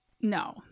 No